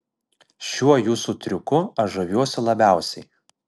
šiuo jūsų triuku aš žaviuosi labiausiai